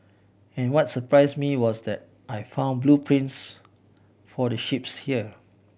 and what surprise me was that I found blueprints for the ships here